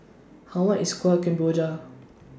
How much IS Kuih Kemboja